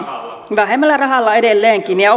vähemmällä rahalla edelleenkin ja